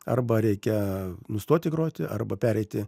arba reikia nustoti groti arba pereiti